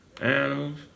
animals